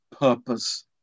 purpose